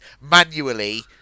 manually